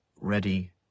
ready